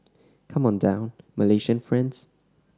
come on down Malaysian friends